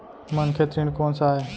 मनखे ऋण कोन स आय?